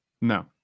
No